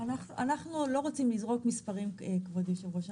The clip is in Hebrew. אנחנו לא רוצים לזרוק מספרים, כבוד היושב-ראש.